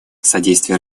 содействие